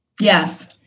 Yes